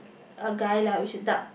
a guy lah with dark